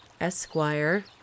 Esquire